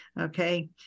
okay